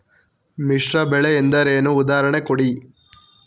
ಮಿಶ್ರ ಬೆಳೆ ಎಂದರೇನು, ಉದಾಹರಣೆ ಕೊಡಿ?